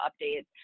updates